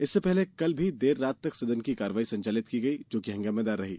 इससे पहले कल भी देर रात तक सदन की कार्यवाही संचालित की गई जो की हंगामेदार रही